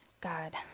God